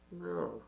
No